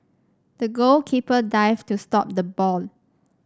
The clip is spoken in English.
the goalkeeper dived to stop the ball